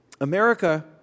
America